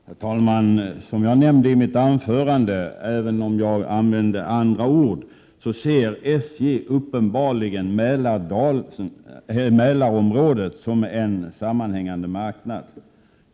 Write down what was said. Herr talman! Som jag nämnde i mitt anförande, även om jag använde andra ord, ser SJ uppenbarligen Mälarområdet som en sammanhängande marknad.